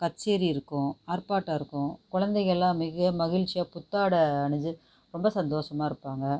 கச்சேரி இருக்கும் ஆர்ப்பாட்டம் இருக்கும் குழந்தைகளெலாம் மிக மகிழ்ச்சியாக புத்தாடை அணிந்து ரொம்ப சந்தோசமாகே இருப்பாங்க